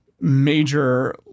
major